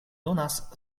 donas